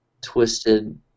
twisted